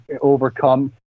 overcome